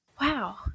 Wow